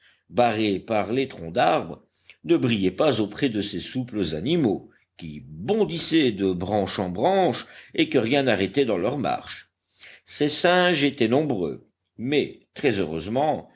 barrés par les troncs d'arbres ne brillaient pas auprès de ces souples animaux qui bondissaient de branche en branche et que rien n'arrêtait dans leur marche ces singes étaient nombreux mais très heureusement